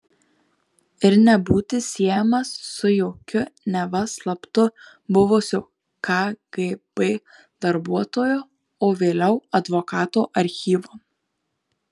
ir nebūti siejamas su jokiu neva slaptu buvusio kgb darbuotojo o vėliau advokato archyvu